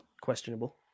questionable